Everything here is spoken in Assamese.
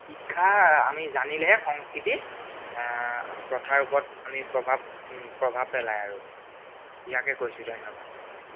শিক্ষাৰ আমি জানিলেহে সংস্কৃতি প্ৰথাৰ ওপৰত আমি প্ৰভাৱ প্ৰভাৱ পেলাই আৰু ইয়াকে কৈছোঁ ধন্যবাদ